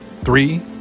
three